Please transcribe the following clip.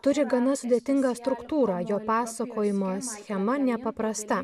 turi gana sudėtingą struktūrą jo pasakojimo schema nepaprasta